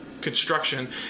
construction